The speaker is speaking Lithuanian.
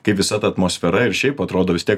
kai visa ta atmosfera ir šiaip atrodo vis tiek